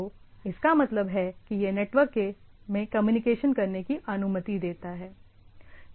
तो इसका मतलब है कि यह नेटवर्क में कम्युनिकेशन करने की अनुमति देता है